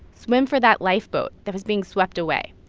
swim for that lifeboat that was being swept away.